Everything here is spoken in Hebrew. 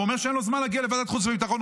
ואומר שאין לו זמן להגיע לוועדת חוץ וביטחון,